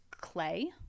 clay